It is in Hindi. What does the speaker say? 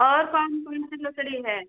और कौन कौनसी लकड़ी है